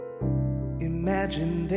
Imagine